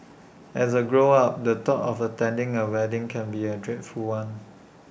as A grown up the thought of attending A wedding can be A dreadful one